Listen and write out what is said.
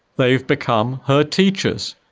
they've become her teachers.